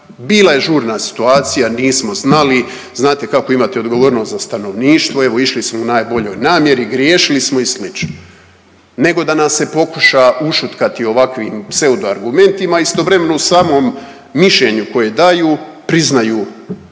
bila je žurna situacija, nismo znali, znate kako imate odgovornost za stanovništvo, evo išli smo u najboljoj namjeri, griješili smo i slično, nego da nas se pokuša ušutkati ovakvim pseudo argumentima, istovremeno u samom mišljenju koje daju priznaju